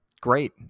great